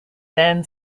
then